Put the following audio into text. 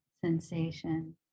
sensation